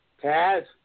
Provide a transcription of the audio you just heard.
Taz